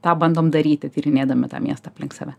tą bandom daryti tyrinėdami tą miestą aplink save